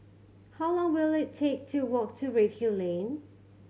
how long will it take to walk to Redhill Lane